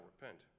repent